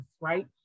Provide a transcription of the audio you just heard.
right